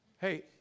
Hey